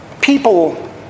People